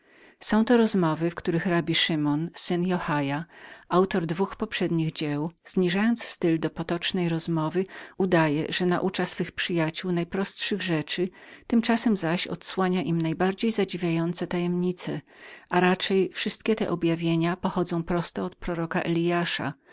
są to rozmowy w których rabbi simeon syn jochaja autor dwóch poprzednich dzieł zniżając styl do potocznej rozmowy udaje że naucza dwóch przyjaciół najprostszych rzeczy tymczasem zaś odsłania im najbardziej zadziwiające tajemnice czyli raczej wszystkie te objawienia pochodzą nam prosto od proroka eliasza